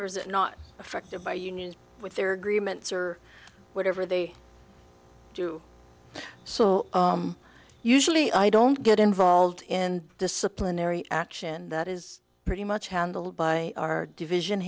or is it not affected by unions with their agreements or whatever they do so usually i don't get involved in disciplinary action that is pretty much handled by our division